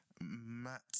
Matt